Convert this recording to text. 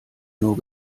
nur